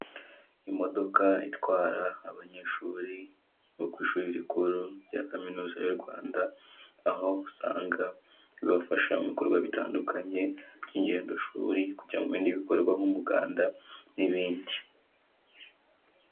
Imodoka itwara abanyeshuri bo ku ishuri rikuru rya kaminuza y'u Rwanda, aho usanga rubafasha mu bikorwa bitandukanye by'ingendoshuri, kujya mu bindi bikorwa nk'umuganda n'ibindi.